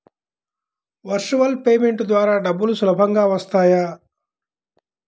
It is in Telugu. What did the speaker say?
వర్చువల్ పేమెంట్ ద్వారా డబ్బులు సులభంగా వస్తాయా?